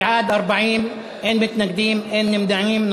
בעד, 40, אין מתנגדים, אין נמנעים.